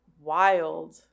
wild –